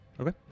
Okay